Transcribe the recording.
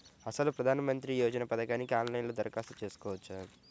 అసలు ప్రధాన మంత్రి యోజన పథకానికి ఆన్లైన్లో దరఖాస్తు చేసుకోవచ్చా?